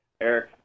Eric